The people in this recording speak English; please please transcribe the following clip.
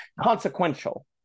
consequential